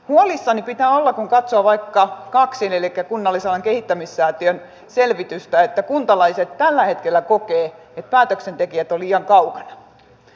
huolissaan pitää olla siitä kun katsoo vaikka kaksin elikkä kunnallisalan kehittämissäätiön selvitystä että kuntalaiset tällä hetkellä kokevat että päätöksentekijät ovat liian kaukana